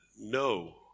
no